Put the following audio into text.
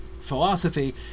philosophy